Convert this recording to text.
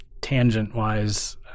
Tangent-wise